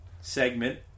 segment